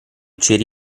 ceri